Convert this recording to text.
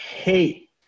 hate